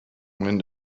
woman